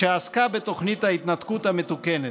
שעסקה בתוכנית ההתנתקות המתוקנת.